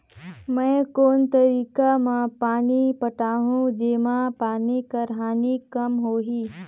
मैं कोन तरीका म पानी पटाहूं जेमा पानी कर हानि कम होही?